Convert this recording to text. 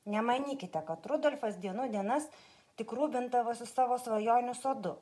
nemanykite kad rudolfas dienų dienas tik rūpindavosi savo svajonių sodu